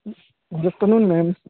good afternoon ma'am